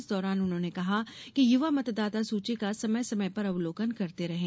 इस दौरान उन्होंने कहा कि युवा मतदाता सूची का समय समय पर अवलोकन करते रहें